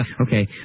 Okay